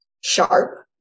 sharp